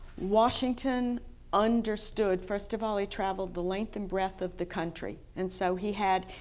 washington understood, first of all he traveled the length and breadth of the country and so he had,